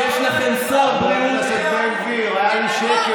יש לכם שר בריאות, חבר הכנסת בן גביר, לא.